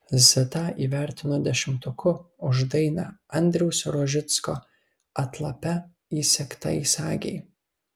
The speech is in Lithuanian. zitą įvertino dešimtuku už dainą andriaus rožicko atlape įsegtai sagei